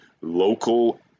local